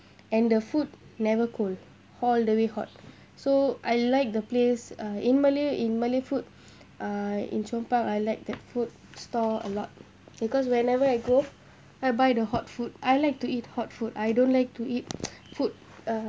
and the food never cold all the hot so I like the place uh in malay in malay food uh in chong pang I like that food stall a lot because whenever I go I buy the hot food I like to eat hot food I don't like to eat food uh